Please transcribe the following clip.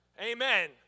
Amen